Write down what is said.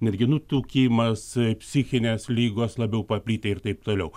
netgi nutukimas psichinės ligos labiau paplitę ir taip toliau